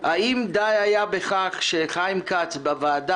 אני כן חושבת שהדיון כאן נוגע,